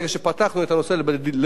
גם שם נוכל להשתמש בזה.